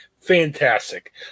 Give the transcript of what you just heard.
Fantastic